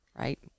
right